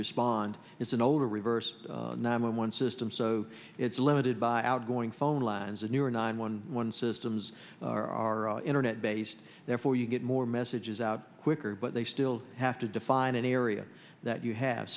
respond it's an older reverse nine one one system so it's limited by outgoing phone lines the newer nine one one systems are internet based therefore you get more messages out quicker but they still have to define an area that you have